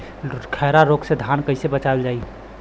खैरा रोग से धान कईसे बचावल जाई?